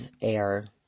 air